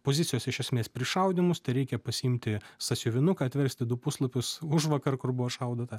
pozicijos iš esmės prišaudymus tereikia pasiimti sąsiuvinuką atversti du puslapius užvakar kur buvo šaudyta